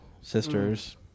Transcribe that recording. sisters